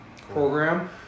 program